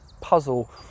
puzzle